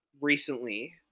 recently